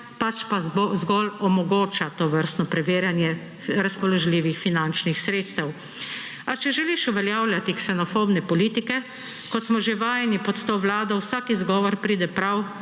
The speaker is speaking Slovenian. pač pa zgolj omogoča tovrstno preverjanje razpoložljivih finančnih sredstev. A če želiš uveljavljati ksenofobne politike, kot smo že vajeni pod to vlado, vsak izgovor pride prav,